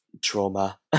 trauma